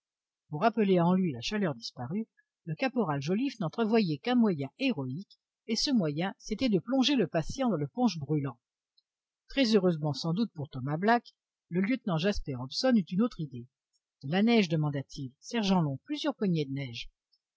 pour rappeler en lui la chaleur disparue le caporal joliffe n'entrevoyait qu'un moyen héroïque et ce moyen c'était de plonger le patient dans le punch brûlant très heureusement sans doute pour thomas black le lieutenant jasper hobson eut une autre idée de la neige demanda-t-il sergent long plusieurs poignées de neige